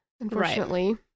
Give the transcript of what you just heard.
unfortunately